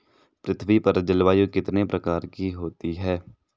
पृथ्वी पर जलवायु कितने प्रकार की होती है?